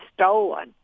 stolen